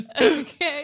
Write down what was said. Okay